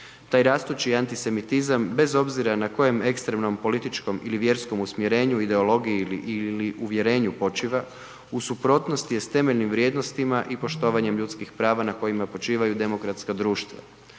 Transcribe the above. Taj rastući antisemitizam bez obzira na kojem ekstremnom političkom ili vjerskom usmjerenju, ideologiji ili uvjerenju počiva, u suprotnosti je s temeljnim vrijednostima i poštovanjem ljudskih prava na kojima počivaju demokratska društva